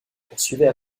poursuivait